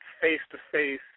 face-to-face